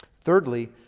Thirdly